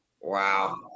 Wow